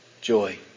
Joy